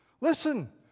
Listen